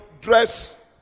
dress